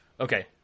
Okay